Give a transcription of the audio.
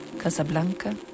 Casablanca